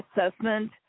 assessment